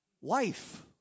wife